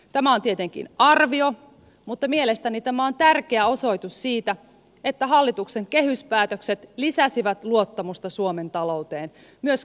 tämä on tietenkin arvio mutta mielestäni tämä on tärkeä osoitus siitä että hallituksen kehyspäätökset lisäsivät luottamusta suomen talouteen myös kansainvälisesti